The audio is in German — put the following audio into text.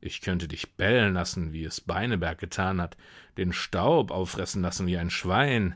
ich könnte dich bellen lassen wie es beineberg getan hat den staub auffressen lassen wie ein schwein